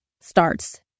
starts